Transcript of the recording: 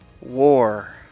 war